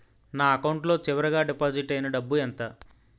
నా అకౌంట్ లో చివరిగా డిపాజిట్ ఐనా డబ్బు ఎంత?